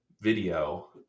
video